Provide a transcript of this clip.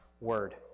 word